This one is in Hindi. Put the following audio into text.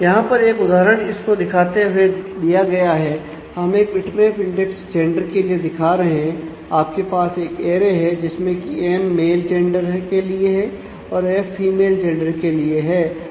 यहां पर एक उदाहरण इस को दिखाते हुए दिया गया है हम एक बिटमैप इंडेक्स पूरक है